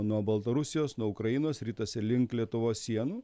nuo baltarusijos nuo ukrainos ritasi link lietuvos sienų